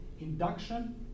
induction